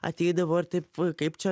ateidavo ir taip kaip čia